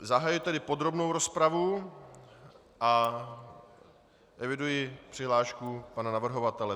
Zahajuji tedy podrobnou rozpravu a eviduji přihlášku pana navrhovatele.